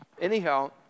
anyhow